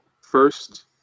first